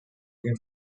cabin